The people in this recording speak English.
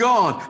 God